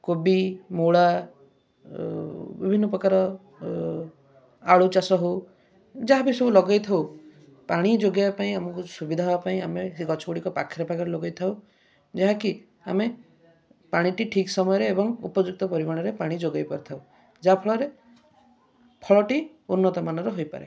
କୋବି ମୂଳା ବିଭିନ୍ନ ପ୍ରକାର ଆଳୁ ଚାଷ ହେଉ ଯାହା ବି ସବୁ ଲଗାଇଥାଉ ପାଣି ଯୋଗାଇବା ପାଇଁ ଆମକୁ ସୁବିଧା ହେବାପାଇଁ ଆମେ ସେହି ଗଛଗୁଡିକୁ ପାଖରେ ପାଖରେ ଲଗାଇଥାଉ ଯାହାକି ଆମେ ପାଣିଟି ଠିକ୍ ସମୟରେ ଏବଂ ଉପଯୁକ୍ତ ପରିମାଣରେ ପାଣି ଯୋଗେଇ ପାରିଥାଉ ଯାହାଫଳରେ ଫଳଟି ଉନ୍ନତ ମାନର ହୋଇପାରେ